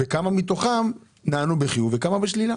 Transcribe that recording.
כמה מתוכם נענו בחיוב וכמה בשלילה.